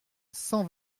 cent